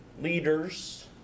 leaders